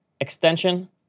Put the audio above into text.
extension